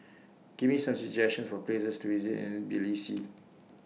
Give Me Some suggestions For Places to visit in Tbilisi